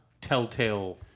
telltale